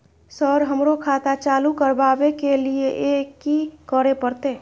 Sir हमरो खाता चालू करबाबे के ली ये की करें परते?